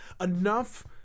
enough